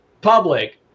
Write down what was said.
public